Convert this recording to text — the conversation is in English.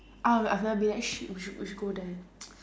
ah I've never been there eh shit we should we should go there